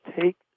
take